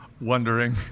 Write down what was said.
wondering